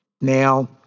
Now